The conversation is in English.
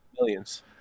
Millions